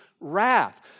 wrath